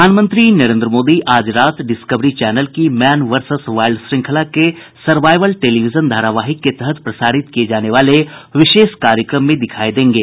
प्रधानमंत्री नरेन्द्र मोदी आज रात डिस्कवरी चैनल की मैन वर्सस वाइल्ड श्रंखला के सर्वाइवल टेलीविजन धारावाहिक के तहत प्रसारित किये जाने वाले विशेष कार्यक्रम में दिखाई देंगे